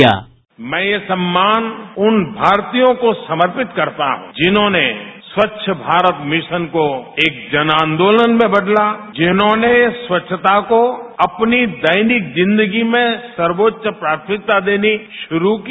bite मैं यह सम्मान उन भारतीयों को समर्पित करता हूँ जिन्होंने स्वच्छ भारत मिशन को एक जन आंदोलन जिन्होंने स्वच्छता को अपने दैनिक जिंदगी में सर्वोच्च प्राथमिकता देनी शुरू की